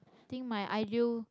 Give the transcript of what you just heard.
think my ideal